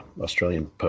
Australian